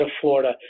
Florida